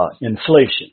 inflation